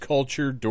Culture